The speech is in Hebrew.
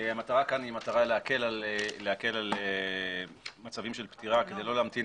המטרה כאן היא להקל על מצבים של פטירה כדי לא להמתין